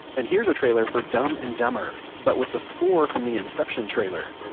and here's a trailer for dumb and dumber, but with the score from the inception trailer.